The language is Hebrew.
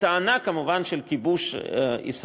כמובן בטענה של כיבוש ישראלי.